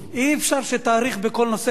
אי-אפשר שתאריך בכל נושא.